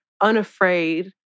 unafraid